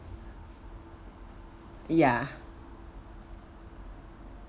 ya